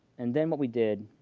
and then what we did